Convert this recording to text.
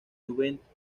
juventudes